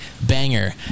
banger